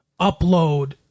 upload